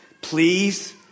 please